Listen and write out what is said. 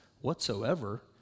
whatsoever